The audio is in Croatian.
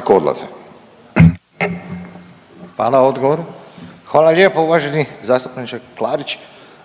Goran (HDZ)** Hvala lijepo. Uvaženi zastupniče Klarić,